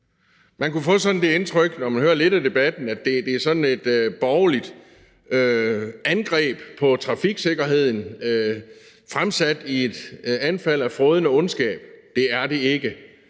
Man kunne få det indtryk, når man hører lidt af debatten, at det er sådan et borgerligt angreb på trafiksikkerheden fremsat i et anfald af frådende ondskab. Det er det ikke.